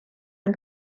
end